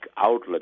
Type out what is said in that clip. outlets